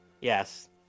Yes